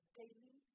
daily